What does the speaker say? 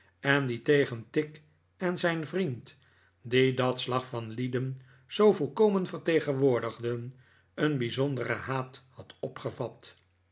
en die tegen tigg en zijn vriend die dat slag van lieden zoo volkomen vertegenwoordigden een bijzonderen haat had opgevat